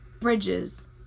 Bridges